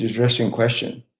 interesting question.